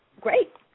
great